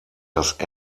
das